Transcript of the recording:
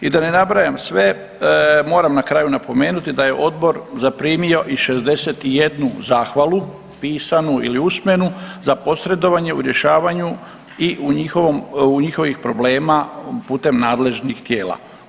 I da ne nabrajam sve moram na kraju napomenuti da je odbor zaprimio i 61 zahvalu pisanu ili usmenu za posredovanje u rješavanju njihovih problema putem nadležnih tijela.